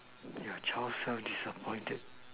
your child so disappointed